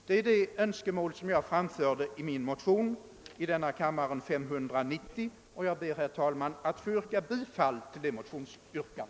Det är det önskemål jag framförde i min motion 11: 590, och jag ber, herr talman, att få yrka bifall till den motionen.